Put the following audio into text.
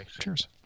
Cheers